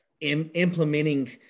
implementing